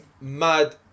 mad